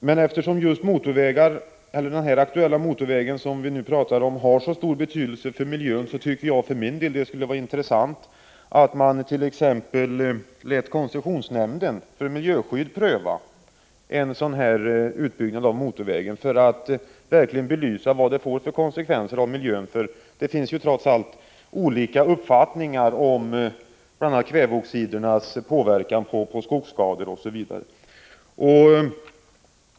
Men eftersom en motorväg som vi nu talar om har så stor betydelse för miljön tycker jag att det skulle vara intressant om man lät koncessionsnämnden för miljöskydd pröva en sådan här utbyggnad av motorvägen för att verkligen belysa vad den får för konsekvenser för miljön. Det finns ju trots allt olika uppfattningar om bl.a. kväveoxidens påverkan när det gäller skogsskador osv.